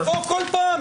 שיבוא כל פעם.